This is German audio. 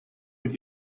mit